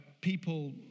people